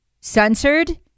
censored